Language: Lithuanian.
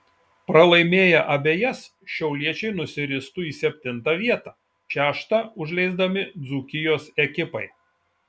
pralaimėję abejas šiauliečiai nusiristų į septintą vietą šeštą užleisdami dzūkijos ekipai